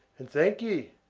and thank you.